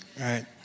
right